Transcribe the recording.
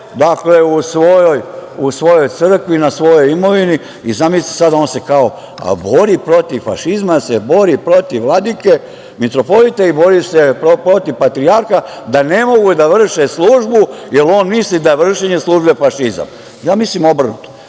obred u svojoj crkvi na svojoj imovini i on se kao bori protiv fašizma, bori se protiv vladike, mitropolita i bori se protiv patrijarha da ne mogu da vrše službu jer on misli da je vršenje službe fašizam. Ja mislim obrnuto.